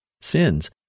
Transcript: sins